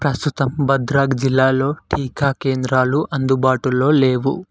ప్రస్తుతం భద్రాక్ జిల్లాలో టీకా కేంద్రాలు అందుబాటులో లేవు